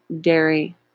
dairy